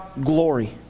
glory